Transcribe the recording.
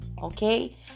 okay